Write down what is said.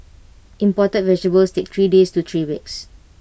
imported vegetables take three days to three weeks